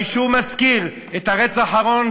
אני שוב מזכיר את הרצח האחרון,